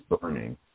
burning